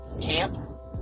Camp